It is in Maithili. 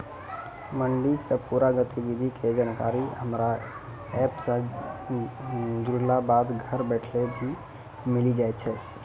मंडी के पूरा गतिविधि के जानकारी हमरा एप सॅ जुड़ला बाद घर बैठले भी मिलि जाय छै